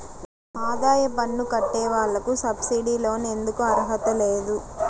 ఆదాయ పన్ను కట్టే వాళ్లకు సబ్సిడీ లోన్ ఎందుకు అర్హత లేదు?